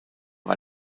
war